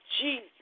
Jesus